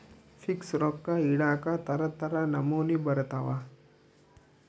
fix ರೊಕ್ಕ ಇಡಾಕ ತರ ತರ ನಮೂನಿ ಬರತವ